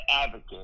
advocate